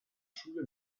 schule